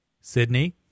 Sydney